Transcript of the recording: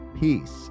peace